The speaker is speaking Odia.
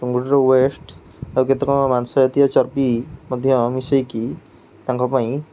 ଚୁଙ୍ଗୁଡ଼ିର ୱେଷ୍ଟ ଆଉ କେତେ କ'ଣ ମାଂସ ଜାତୀୟ ଚର୍ବି ମଧ୍ୟ ମିଶେଇକି ତାଙ୍କ ପାଇଁ